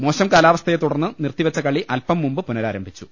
മോശം കാലാവസ്ഥയെ തുടർന്ന് നിർത്തിവെച്ച കളി അല്പം മുമ്പ് പുനരാരംഭിച്ചു